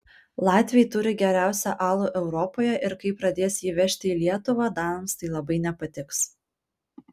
latviai turi geriausią alų europoje ir kai pradės jį vežti į lietuvą danams tai labai nepatiks